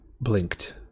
blinked